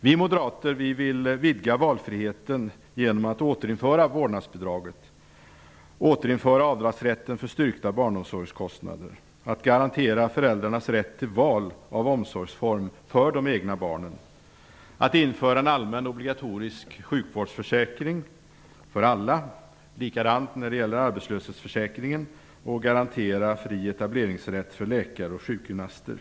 Vi moderater vill vidga valfriheten genom att återinföra vårdnadsbidraget, återinföra avdragsrätten för styrkta barnomsorgskostnader och garantera föräldrarnas rätt till val av omsorgsform för de egna barnen. Vi vill införa en allmän obligatorisk sjukvårdsförsäkring för alla, likadant när det gäller arbetslöshetsförsäkringen, och garantera fri etableringsrätt för läkare och sjukgymnaster.